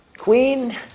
Queen